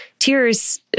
Tears